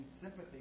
sympathy